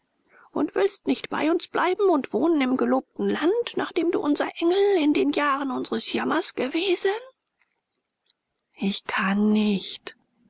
und willst nicht bei uns bleiben und wohnen im gelobten land nachdem du unser engel in den jahren unsers jammers gewesen ich kann nicht